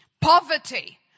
poverty